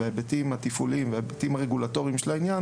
וגם בהיבטים התפעוליים והרגולטוריים של העניין